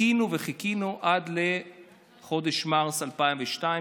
וחיכינו וחיכינו עד לחודש מרץ 2002,